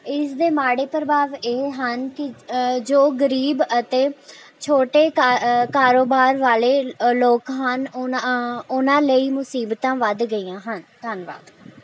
ਇਸ ਦੇ ਮਾੜੇ ਪ੍ਰਭਾਵ ਇਹ ਹਨ ਕਿ ਜੋ ਗਰੀਬ ਅਤੇ ਛੋਟੇ ਕਾਰ ਕਾਰੋਬਾਰ ਵਾਲੇ ਲੋਕ ਹਨ ਉਨ੍ਹਾਂ ਉਨ੍ਹਾਂ ਲਈ ਮੁਸੀਬਤਾਂ ਵੱਧ ਗਈਆਂ ਹਨ ਧੰਨਵਾਦ